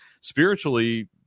spiritually